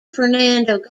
fernando